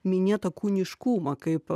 minėtą kūniškumą kaip